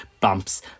bumps